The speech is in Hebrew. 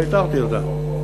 לא איתרתי אותה.